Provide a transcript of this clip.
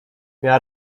miała